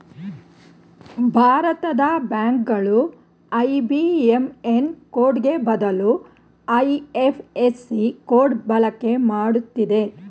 ಭಾರತದ ಬ್ಯಾಂಕ್ ಗಳು ಐ.ಬಿ.ಎಂ.ಎನ್ ಕೋಡ್ಗೆ ಬದಲು ಐ.ಎಫ್.ಎಸ್.ಸಿ ಕೋಡ್ ಬಳಕೆ ಮಾಡುತ್ತಿದೆ